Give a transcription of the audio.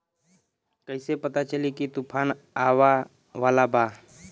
कइसे पता चली की तूफान आवा वाला बा?